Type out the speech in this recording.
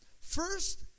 First